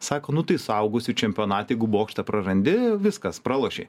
sako nu tai suaugusių čempionate jeigu bokštą prarandi viskas pralošei